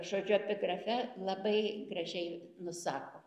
žodžiu epigrafe labai gražiai nusako